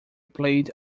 played